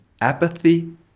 apathy